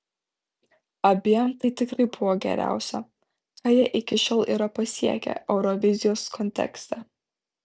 abiem tai tikrai buvo geriausia ką jie iki šiol yra pasiekę eurovizijos kontekste